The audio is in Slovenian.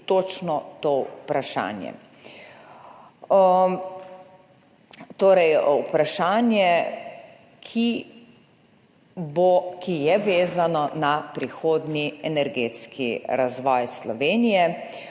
točno to vprašanje. Vprašanje, ki je vezano na prihodnji energetski razvoj Slovenije,